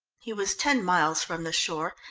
he was ten miles from the shore,